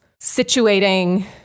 situating